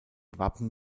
wappen